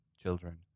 children